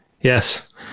Yes